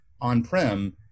on-prem